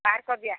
park ଯିବା